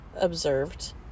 observed